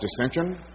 dissension